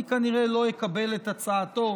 אני כנראה לא אקבל את הצעתו,